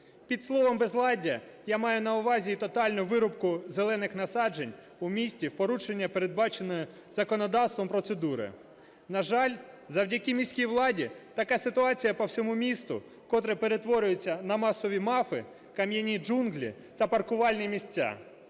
Під словом "безладдя" я маю на увазі і тотальну вирубку зелених насаджень у місті в порушення передбаченої законодавством процедури. На жаль, завдяки міській владі така ситуація по всьому місту, котре перетворюється на масові МАФи, кам'яні джунглі та паркувальні місця.